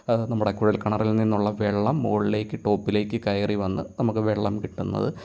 അത് നമ്മുടെ കുഴൽ കിണറിൽ നിന്നുള്ള വെള്ളം മുകളിലേയ്ക്ക് ടോപ്പിലേയ്ക്ക് കയറി വന്ന് നമുക്ക് വെള്ളം കിട്ടുന്നത്